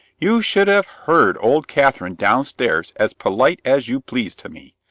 you should have heard old catherine downstairs as polite as you please to me,